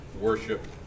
worship